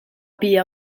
pila